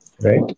Right